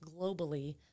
globally